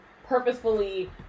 purposefully